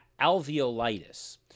alveolitis